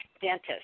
dentist